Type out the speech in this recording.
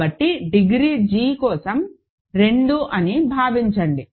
కాబట్టి degree g కనీసం 2 అని భావించండి